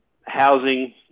housing